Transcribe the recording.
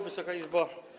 Wysoka Izbo!